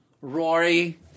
Rory